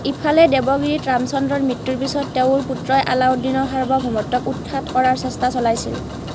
ইফালে দেৱগিৰীত ৰামচন্দ্ৰৰ মৃত্যুৰ পিছত তেওঁৰ পুত্ৰই আলাউদ্দিনৰ সাৰ্বভৌমত্বক উৎখাত কৰাৰ চেষ্টা চলাইছিল